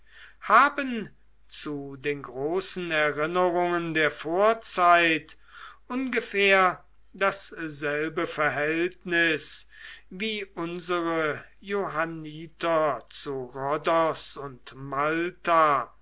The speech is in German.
haben zu den großen erinnerungen der vorzeit ungefähr dasselbe verhältnis wie unsere johanniter zu rhodos und malta